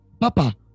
Papa